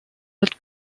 that